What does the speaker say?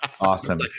Awesome